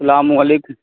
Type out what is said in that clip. السلام علیکم